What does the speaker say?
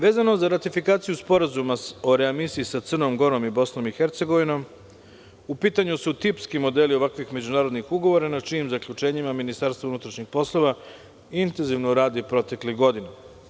Vezano za ratifikaciju Sporazuma o readmisiji sa Crnom Gorom i Bosnom i Hercegovinom, u pitanju su tipski modeli ovakvih međunarodnih ugovora na čijim zaključenjima Ministarstvo unutrašnjih poslova intenzivno radi proteklih godina.